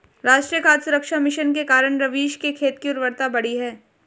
राष्ट्रीय खाद्य सुरक्षा मिशन के कारण रवीश के खेत की उर्वरता बढ़ी है